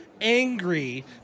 angry